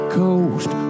coast